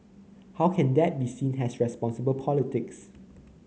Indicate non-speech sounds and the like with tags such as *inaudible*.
how can that be seen as responsible *noise* politics